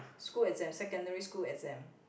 school exam secondary school exam